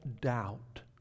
doubt